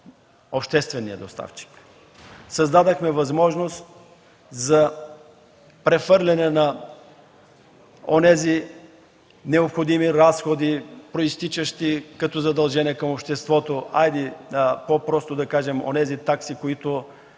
обществения доставчик; създадохме възможност за прехвърляне на необходимите разходи, произтичащи като задължение към обществото, по-просто да кажем, таксите, които